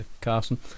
Carson